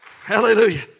Hallelujah